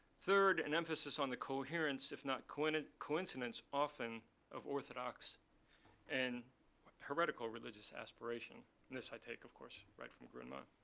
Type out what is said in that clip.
third, an emphasis on the coherence, if not coincidence, often of orthodox and heretical religious aspiration and this i take, of course, right from grundmann